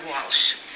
Walsh